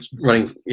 running